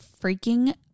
freaking